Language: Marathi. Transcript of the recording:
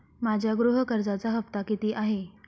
माझ्या गृह कर्जाचा हफ्ता किती आहे?